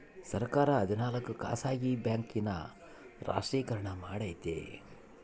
ಸರ್ಕಾರ ಹದಿನಾಲ್ಕು ಖಾಸಗಿ ಬ್ಯಾಂಕ್ ನ ರಾಷ್ಟ್ರೀಕರಣ ಮಾಡೈತಿ